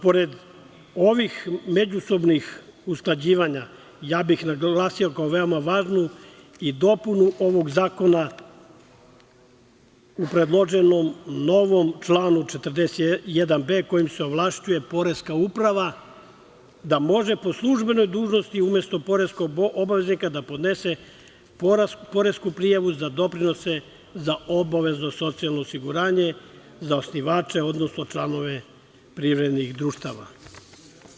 Pored ovih međusobnih usklađivanja naglasio bih kao veoma važnu i dopunu ovog zakona u predloženom novom članu 41b, kojim se ovlašćuje poreska uprava da može po službenoj dužnosti umesto poreskog obaveznika da podnese poresku prijavu za doprinose za obavezno socijalno osiguranje za osnivače, odnosno članove privrednih društava.